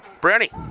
Brownie